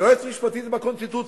יועץ משפטי זה בקונסטיטוציה,